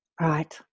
right